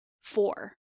four